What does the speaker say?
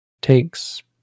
takes